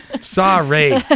Sorry